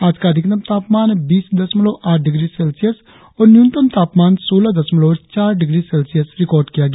आज का अधिकतम तापमान बीस दशमलव आठ डिग्री सेल्सियस और न्यूनतम तापमान सौलह दशमलव चार डिग्री सेल्सियस रिकार्ड किया गया